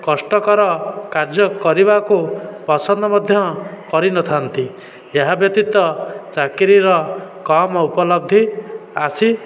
କଷ୍ଟକର କାର୍ଯ୍ୟ କରିବାକୁ ପସନ୍ଦ ମଧ୍ୟ କରିନଥାନ୍ତି ଏହା ବ୍ୟତୀତ ଚାକିରିର କମ ଉପଲବ୍ଧି ଆସି